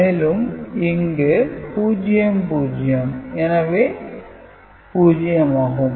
மேலும் இங்கும் 00 எனவே 0 ஆகும்